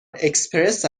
اکسپرس